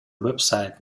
website